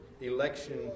election